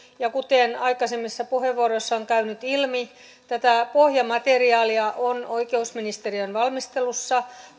ja kuten aikaisemmissa puheenvuoroissa on käynyt ilmi tätä pohjamateriaalia on oikeusministeriön valmistelussa